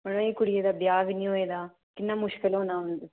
मड़ो अजें कुड़ियै दा ब्याह् बी निं होए दा कि'न्ना मुश्कल होना